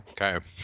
Okay